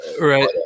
right